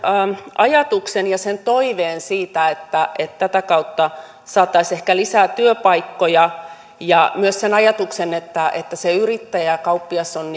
ajatuksen ja sen toiveen siitä että että tätä kautta saataisiin ehkä lisää työpaikkoja ja myös sen ajatuksen että että se yrittäjäkauppias on